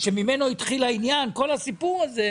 שופט שלום מתחיל את כהונתו במשכורת של 29,000 שקלים.